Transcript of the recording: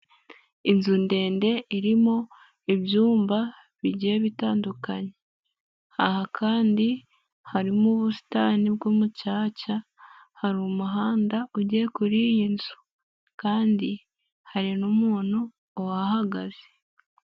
Inzu ndende irimo ibyumba bigiye bitandukanye, aha kandi harimo ubusitani bw'umucaca hari umuhanda ugiye kuri iyi nzu kandi hari n'umuntu uhahagaze.